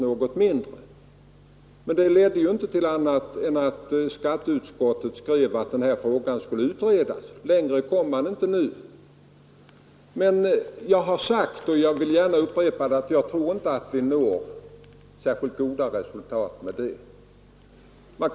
Men den saken har ju inte lett till något annat än att de borgerliga i skatteutskottets utlåtande skrev att frågan borde utredas. Längre har ni inte kommit. Jag har emellertid sagt, och det vill jag gärna upprepa, att jag tror inte att vi når särskilt goda resultat genom att differentiera avgiften.